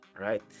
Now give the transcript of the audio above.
Right